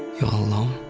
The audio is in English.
you all alone?